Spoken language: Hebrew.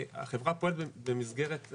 החברה פועלת במסגרת,